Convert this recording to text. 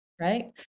right